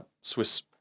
Swiss